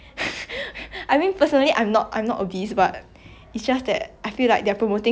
but of course like it works it works both ways like it's not right to promote starvation